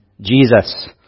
Jesus